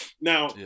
Now